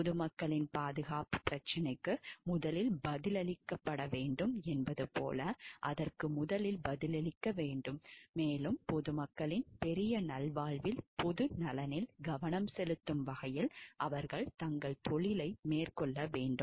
பொது மக்களின் பாதுகாப்புப் பிரச்சினைக்கு முதலில் பதில் அளிக்கப்பட வேண்டும் என்பது போல அதற்கு முதலில் பதிலளிக்க வேண்டும் மேலும் பொது மக்களின் பெரிய நல்வாழ்வில் பொது நலனில் கவனம் செலுத்தும் வகையில் அவர்கள் தங்கள் தொழிலை மேற்கொள்ள வேண்டும்